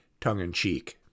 tongue-in-cheek